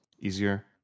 easier